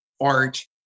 art